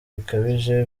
bikabije